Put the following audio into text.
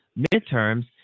midterms